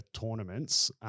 tournaments –